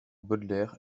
baudelaire